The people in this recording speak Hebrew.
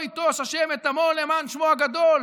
"לא יטש ה' את עמו בעבור שמו הגדול",